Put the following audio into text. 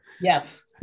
Yes